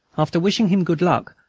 after wishing him good luck,